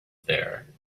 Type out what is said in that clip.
there